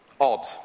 Odd